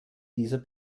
dieser